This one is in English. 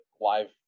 live